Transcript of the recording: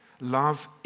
Love